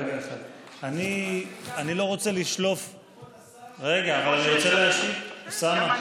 רגע, אבל אני רוצה להשיב, אוסאמה.